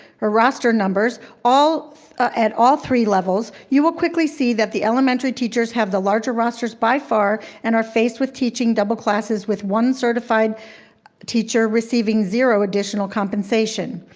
or roster numbers, at all three levels, you will quickly see that the elementary teachers have the larger rosters by far, and are faced with teaching double classes with one certified teacher receiving zero additional compensation.